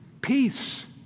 Peace